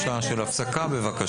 (הישיבה נפסקה בשעה 14:40 ונתחדשה